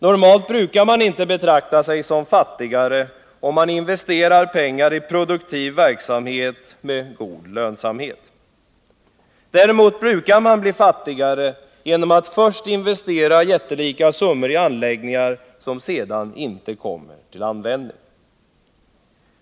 Normalt brukar man inte betrakta sig som fattigare om man investerar pengar i produktiv verksamhet med god lönsamhet. Däremot brukar man bli fattigare genom att först investera jättelika summor i anläggningar som sedan inte kommer till användning.